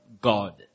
God